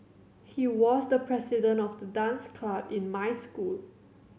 he was the president of the dance club in my school